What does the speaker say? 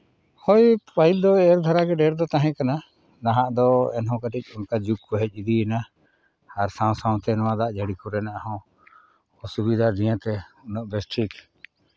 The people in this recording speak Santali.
ᱦᱳᱭ ᱯᱟᱹᱦᱤᱞ ᱫᱚ ᱮᱨ ᱫᱷᱟᱨᱟ ᱜᱮ ᱰᱷᱮᱨ ᱫᱚ ᱛᱟᱦᱮᱸ ᱠᱟᱱᱟ ᱱᱟᱦᱟᱜ ᱫᱚ ᱮᱱᱦᱚᱸ ᱠᱟᱹᱴᱤᱡ ᱡᱩᱜᱽ ᱠᱚ ᱦᱮᱡ ᱤᱫᱤᱭᱮᱱᱟ ᱟᱨ ᱥᱟᱶᱼᱥᱟᱶᱛᱮ ᱱᱚᱣᱟ ᱫᱟᱜ ᱡᱟᱹᱲᱤ ᱠᱚᱨᱮᱱᱟᱜ ᱦᱚᱸ ᱚᱥᱩᱵᱤᱫᱷᱟ ᱱᱤᱭᱮᱛᱮ ᱩᱱᱟᱹᱜ ᱵᱮᱥ ᱴᱷᱤᱠ